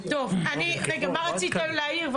מה רצית להעיר?